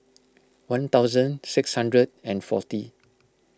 one thousand six hundred and forty